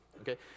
okay